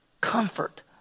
Comfort